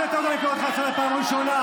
אני פשוט מתבייש שאת בכנסת.